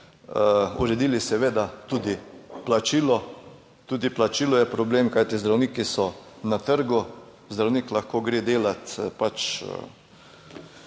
uredili seveda tudi plačilo, tudi plačilo je problem. Kajti zdravniki so na trgu, zdravnik lahko gre delat pač